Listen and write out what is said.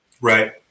Right